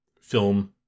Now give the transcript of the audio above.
film